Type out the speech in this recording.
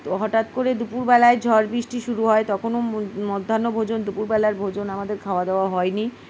তো হঠাৎ করে দুপুরবেলায় ঝড় বৃষ্টি শুরু হয় তখনও মধ্যাহ্ন ভোজন দুপুরবেলার ভোজন আমাদের খাওয়া দাওয়া হয়নি